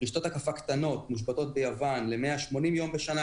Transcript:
רשתות הקפה קטנות מושבתות ביוון ל-180 יום בשנה.